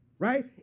Right